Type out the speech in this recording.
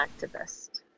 activist